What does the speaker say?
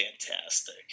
fantastic